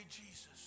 Jesus